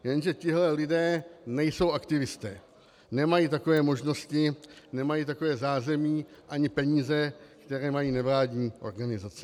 Jenže tihle lidé nejsou aktivisté, nemají takové možnosti, nemají takové zázemí ani peníze, které mají nevládní organizace.